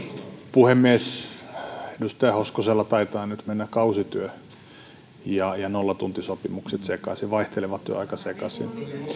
puhemies edustaja hoskosella taitaa nyt mennä kausityö ja ja nollatuntisopimukset sekaisin vaihteleva työaika sekaisin